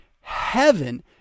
heaven